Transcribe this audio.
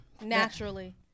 Naturally